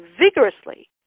vigorously